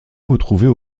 retrouvées